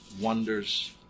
wonders